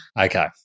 Okay